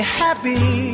happy